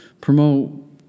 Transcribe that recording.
promote